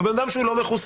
ובן אדם שהוא לא מחוסן,